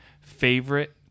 favorite